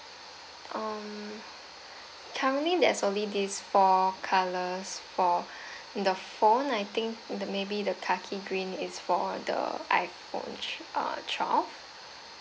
um currently there's only these four colours for the phone I think the maybe the khaki green is for the iphone twe~ uh twelve